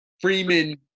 Freeman